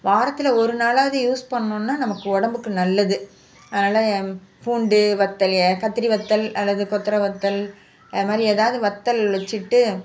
வாரத்தில் ஒரு நாளாவது யூஸ் பண்ணிணோன்னா நமக்கு உடம்புக்கு நல்லது அதனால பூண்டு வத்தல் கத்திரி வத்தல் அல்லது கொத்தவர வத்தல் அது மாதிரி எதாவது வத்தல் வச்சுட்டு